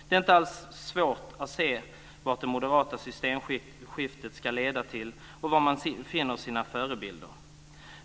Det är inte alls svårt att se vad det moderata systemskiftet ska leda till och var man finner sina förebilder.